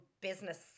business